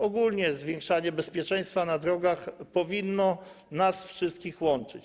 Ogólnie zwiększanie bezpieczeństwa na drogach powinno nas wszystkich łączyć.